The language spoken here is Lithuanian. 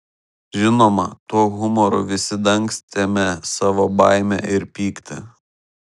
žinoma tuo humoru visi dangstėme savo baimę ir pyktį